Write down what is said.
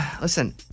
Listen